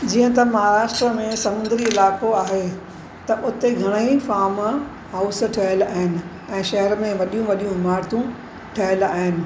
जीअं त महाराष्ट्र में समुंडी इलाइको आहे त उते घणा ई फार्म हाउस ठहियलु आहिनि ऐं शहर में वॾियूं वॾियूं इमारतूं ठहियलु आहिनि